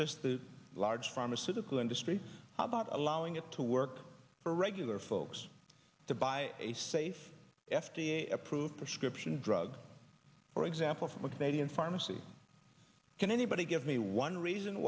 just the large pharmaceutical industries how about allowing it to work for regular folks to buy a safe f d a approved prescription drug for example from the canadian pharmacy can anybody give me one reason